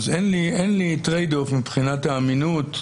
אז אין את הטרייד-אוף מבחינת האמינות.